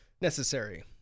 necessary